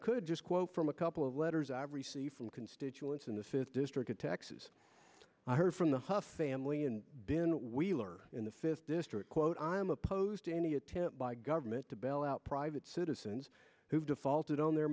could just quote from a couple of letters i've received from constituents in the fifth district in texas i heard from the huff family and been we learned in the fifth district quote i am opposed to any attempt by government to bail out private citizens who have defaulted on their